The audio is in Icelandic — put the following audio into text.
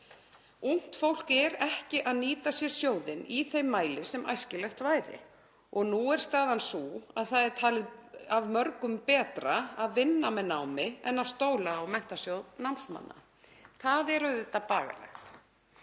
Ungt fólk er ekki að nýta sér sjóðinn í þeim mæli sem æskilegt væri og nú er staðan sú að margir telja betra að vinna með námi en að stóla á Menntasjóð námsmanna. Það er auðvitað bagalegt.